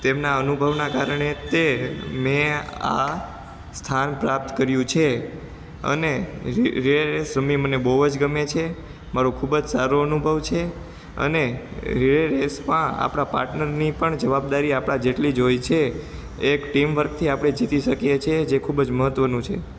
તેમના અનુભવના કારણે તે મેં આ સ્થાન પ્રાપ્ત કર્યુ છે અને રી રીલે રેસ રમવી મને બહુ જ ગમે છે મારો ખૂબ જ સારો અનુભવ છે અને રીરે રેસમાં આપણા પાટર્નરની પણ જવાબદારી આપણા જેટલી જ હોય છે એક ટીમ વર્કથી આપણે જીતી શકીએ છે જે ખૂબ જ મહત્વનું છે